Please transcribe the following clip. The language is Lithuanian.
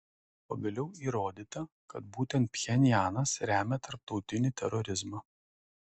pagaliau įrodyta kad būtent pchenjanas remia tarptautinį terorizmą